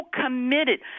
committed